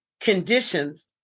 conditions